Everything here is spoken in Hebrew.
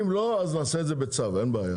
אם לא, אנחנו נעשה את זה בצו, אין בעיה.